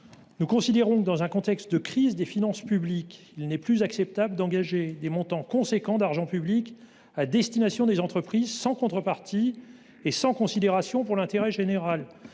économiques. Dans un contexte de crise des finances publiques, il n’est plus acceptable d’engager des montants substantiels d’argent public à destination des entreprises sans contrepartie et sans considération pour l’intérêt général.